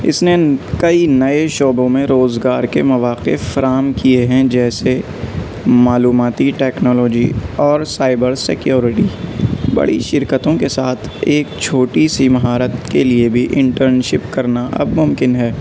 اس نے کئی نئے شعبوں میں روزگار کے مواقع فراہم کیے ہیں جیسے معلوماتی ٹیکنالوجی اور سائبر سیکیورٹی بڑی شرکتوں کے ساتھ ایک چھوٹی سی مہارت کے لیے بھی انٹرنشپ کرنا اب ممکن ہے